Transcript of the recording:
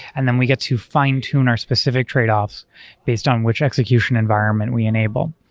and then we get to fine tune our specific tradeoffs based on which execution environment we enable.